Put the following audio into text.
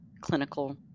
clinical